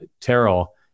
Terrell